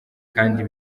kandi